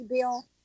bill